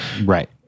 Right